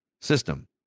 system